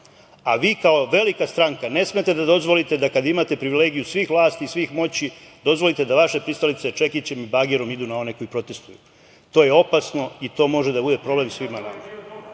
a, vi kao velika stranka, ne smete da dozvolite da, kada imate privilegiju svih vlasti, svih moći, dozvolite da vaše pristalice čekićem i bagerom idu na one koji protestuju. To je opasno i to može da bude problem svima nama.